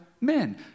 men